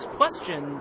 question